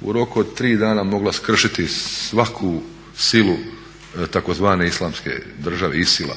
u roku od 3 dana mogla skršiti svaku silu tzv. Islamske države ISIL-a